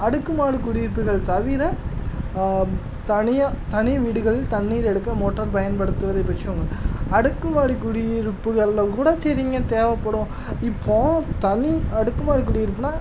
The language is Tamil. அடுக்குமாடி குடியிருப்புகள் தவிர தனியா தனி வீடுகள் தண்ணீர் எடுக்க மோட்டார் பயன்படுத்துவதை பற்றி ஒன்றுல்ல அடுக்குமாடி குடியிருப்புகள்ல கூட சரிங்க தேவைப்படும் இப்போது தனி அடுக்குமாடி குடியிருப்புன்னால்